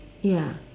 ya